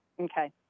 Okay